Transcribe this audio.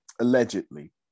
allegedly